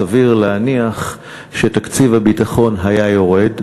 סביר להניח שתקציב הביטחון היה יורד.